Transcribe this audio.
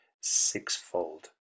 sixfold